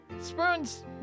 Spoons